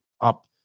up